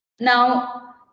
now